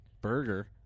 burger